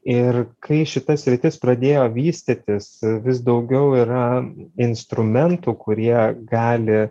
ir kai šita sritis pradėjo vystytis vis daugiau yra instrumentų kurie gali